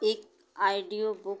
एक आएडियोबुक